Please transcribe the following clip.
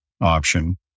option